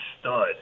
stud